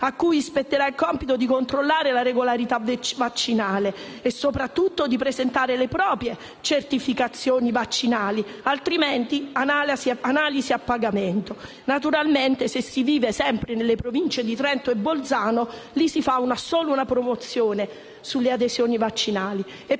ai quali spetterà il compito di controllare la regolarità vaccinale e soprattutto di presentare le proprie certificazioni vaccinali, altrimenti analisi a pagamento. Naturalmente, se si vive nelle Province di Trento e Bolzano, lì si fa solo una promozione sulle adesioni vaccinali.